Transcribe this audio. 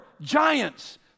giants